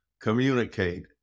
communicate